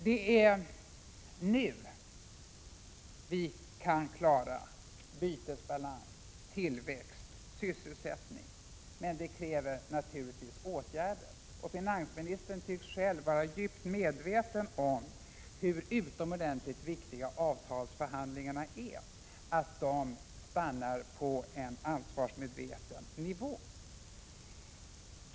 Det är nu vi kan klara bytesbalans, tillväxt, sysselsättning. Men det kräver naturligtvis åtgärder, och finansministern tycks själv vara djupt medveten om hur utomordentligt viktiga avtalsförhandlingarna är, hur viktigt det är att avtalsuppgörelserna stannar på en ansvarsmedveten nivå.